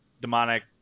demonic